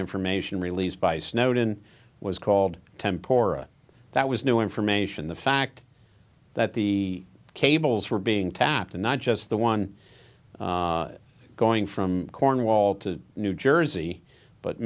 information released by snowden was called tempore that was new information the fact that the cables were being tapped and not just the one going from cornwall to new jersey but